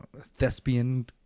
thespian